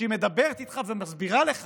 כשהיא מדברת איתך ומסבירה לך